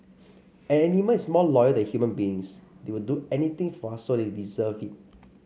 an animal is more loyal than human beings they will do anything for us so they deserve it